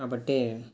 కాబట్టే